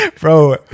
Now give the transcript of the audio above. bro